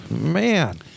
Man